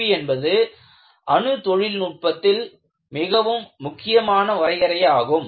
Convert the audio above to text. LBB என்பது அணு தொழில்நுட்பத்தில் மிகவும் முக்கியமான வரைமுறை ஆகும்